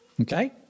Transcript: Okay